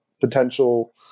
potential